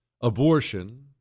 abortion